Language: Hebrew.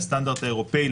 לסטנדרט האירופאי,